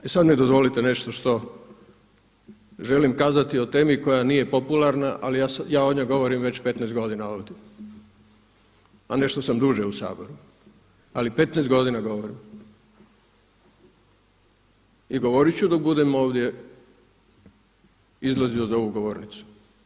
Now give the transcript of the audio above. E sad mi dozvolite nešto što želim kazati o temi koja nije popularna ali ja o njoj govorim već 15 godina ovdje, a nešto sam duže u Saboru, ali 15 godina govorim i govorit ću dok budem ovdje izlazio za ovu govornicu.